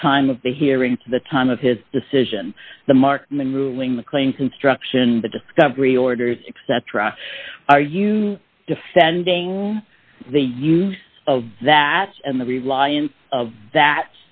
the time of the hearing to the time of his decision the markham and ruling the clean construction the discovery orders except are you defending the use of that and the reliance of that